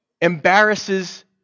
embarrasses